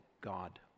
God